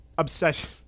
obsession